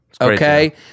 Okay